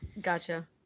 Gotcha